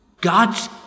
God's